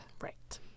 right